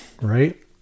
right